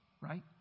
right